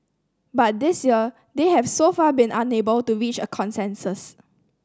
but this year they have so far been unable to reach a consensus